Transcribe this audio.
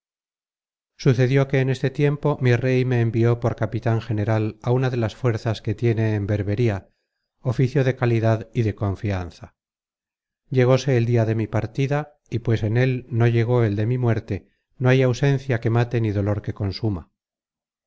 sucedió que en este tiempo mi rey me envió por capitan general á una de las fuerzas que tiene en berbería oficio de calidad y de confianza llegóse el dia de mi partida y pues en él no llegó el de mi muerte no hay ausencia que mate ni dolor que consuma